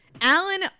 Alan